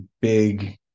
big